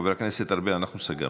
חבר כנסת ארבל, אנחנו סגרנו.